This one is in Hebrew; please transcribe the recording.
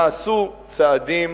בשנה האחרונה נעשו צעדים